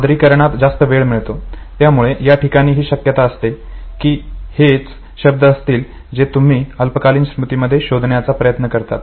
त्यामुळे याठिकाणी ही शक्यता असते की हे तेच शब्द असतील जे तुम्ही अल्पकालीन स्मृतीमध्ये शोधण्याचा प्रयत्न करतात